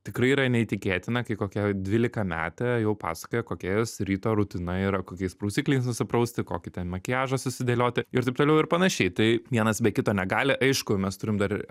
tikrai yra neįtikėtina kai kokia dvylikametė jau pasakoja kokia jos ryto rutina yra kokiais prausikliais nusiprausti kokį ten makiažą susidėlioti ir taip toliau ir panašiai tai vienas be kito negali aišku mes turim dar